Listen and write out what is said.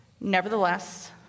Nevertheless